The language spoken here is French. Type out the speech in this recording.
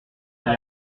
lien